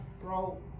bro